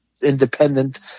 independent